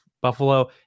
Buffalo